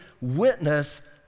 witness